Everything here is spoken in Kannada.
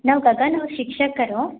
ನಾವು ಗಗನ್ ಅವ್ರ ಶಿಕ್ಷಕರು